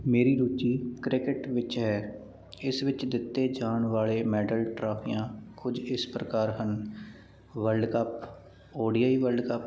ਮੇਰੀ ਰੁਚੀ ਕ੍ਰਿਕਟ ਵਿੱਚ ਹੈ ਇਸ ਵਿੱਚ ਦਿੱਤੇ ਜਾਣ ਵਾਲੇ ਮੈਡਲ ਟਰੋਫੀਆਂ ਕੁਝ ਇਸ ਪ੍ਰਕਾਰ ਹਨ world cup O D I world cup